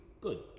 good